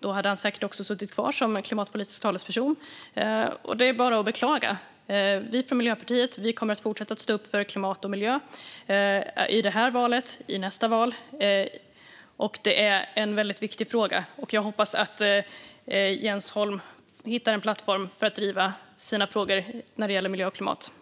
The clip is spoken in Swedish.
Då hade han säkert också suttit kvar som klimatpolitisk talesperson. Det är bara att beklaga att så inte är fallet. Vi från Miljöpartiet kommer att fortsätta stå upp för klimat och miljö - vid det här valet och vid nästa val. Det är en väldigt viktig fråga. Jag hoppas att Jens Holm hittar en plattform för att driva sina frågor när det gäller miljö och klimat